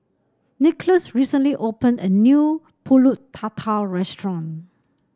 Nicklaus recently opened a new pulut Tatal restaurant